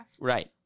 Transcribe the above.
Right